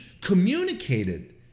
communicated